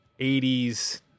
80s